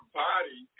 body